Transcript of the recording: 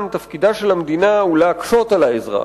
תפקידה של המדינה הוא להקשות על האזרח,